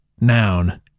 noun